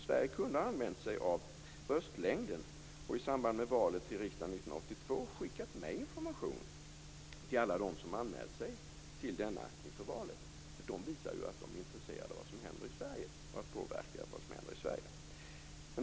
Sverige kunde ha använt sig av röstlängden och i samband med valet till riksdagen 1982 ha skickat med information till alla dem som anmält sig till denna inför valet, för de visar ju att de är intresserade av och vill påverka det som händer i Sverige.